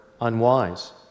unwise